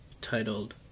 titled